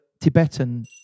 Tibetan